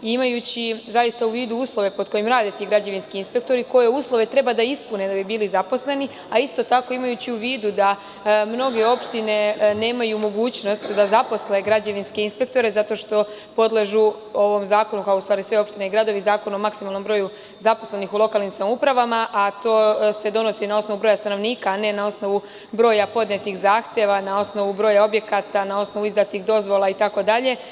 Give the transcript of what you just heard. Imajući u vidu uslove pod kojima rade ti građevinski inspektori, koje uslove treba da ispune da bi bili zaposleni, a isto tako imajući u vidu da mnoge opštine nemaju mogućnost da zaposle građevinske inspektore zato što podležu ovom zakonu, kao sve opštine i gradovi, o maksimalnom broju zaposlenih u lokalnim samoupravama, a to se donosi na osnovu broja stanovnika, a ne na osnovu broja podnetih zahteva, na osnovu broja objekata, na osnovu izdatih dozvola itd.